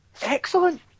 excellent